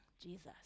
Jesus